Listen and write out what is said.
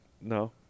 No